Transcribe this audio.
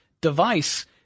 device